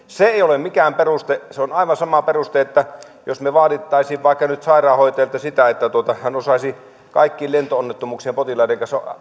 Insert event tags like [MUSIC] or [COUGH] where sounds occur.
[UNINTELLIGIBLE] se ei ole mikään peruste se on aivan sama peruste jos me vaatisimme vaikka nyt sairaanhoitajilta sitä että he osaisivat kaikki lento onnettomuuksien potilaat